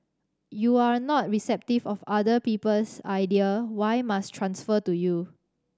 you are not receptive of other people's idea why must transfer to you